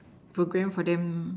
program for them